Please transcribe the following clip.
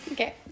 Okay